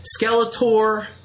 Skeletor